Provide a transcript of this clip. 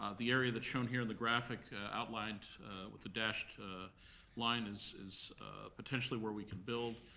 ah the area that's shown here in the graphic outlined with the dashed line is is potentially where we can build.